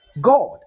God